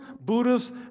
Buddhists